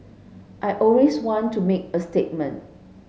I always want to make a statement